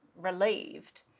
relieved